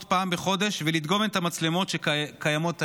פעם בחודש ולדגום את המצלמות שקיימות היום,